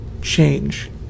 change